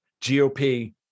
GOP